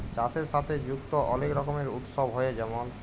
চাষের সাথে যুক্ত অলেক রকমের উৎসব হ্যয়ে যেমল